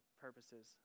purposes